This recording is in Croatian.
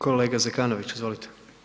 Kolega Zekanović, izvolite.